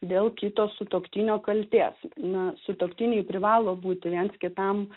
dėl kito sutuoktinio kaltės na sutuoktiniai privalo būti viens kitam